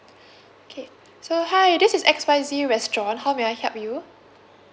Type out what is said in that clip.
okay so hi this is X Y Z restaurant how may I help you